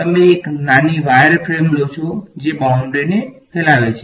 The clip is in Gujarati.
તમે એક નાની વાયરફ્રેમ લો છો જે બાઉંડ્રી ને ફેલાવે છે